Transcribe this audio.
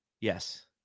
Yes